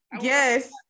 Yes